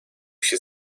się